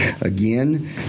Again